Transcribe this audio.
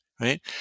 right